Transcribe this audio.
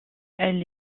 elle